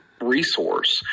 resource